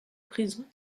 prison